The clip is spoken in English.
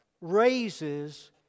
raises